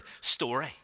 story